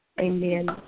Amen